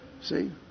See